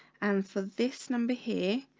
and for this number here,